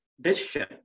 decision